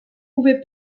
pouvait